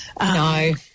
no